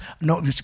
no